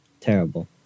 Terrible